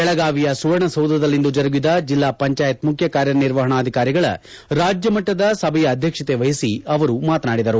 ಬೆಳಗಾವಿಯ ಸುವರ್ಣಸೌಧದಲ್ಲಿಂದು ಜರುಗಿದ ಜಿಲ್ಲಾ ಪಂಚಾಯತ್ ಮುಖ್ಯಕಾರ್ಯನಿರ್ವಹಣಾಧಿಕಾರಿಗಳ ರಾಜ್ಯ ಮಟ್ಟದ ಸಭೆಯ ಅಧ್ಯಕ್ಷತೆ ವಹಿಸಿ ಅವರು ಮಾತನಾಡಿದರು